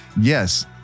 yes